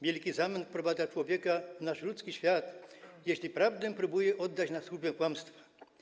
Wielki zamęt wprowadza człowiek w nasz ludzki świat, jeśli prawdę próbuje oddać na służbę kłamstwa.